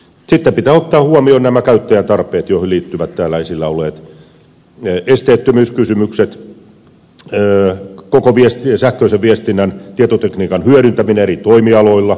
sitten pitää ottaa huomioon nämä käyttäjän tarpeet joihin liittyvät täällä esillä olleet esteettömyyskysymykset koko sähköisen viestinnän tietotekniikan hyödyntäminen eri toimialoilla